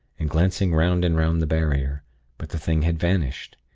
and glancing round and round the barrier but the thing had vanished.